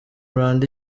rwanda